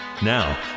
Now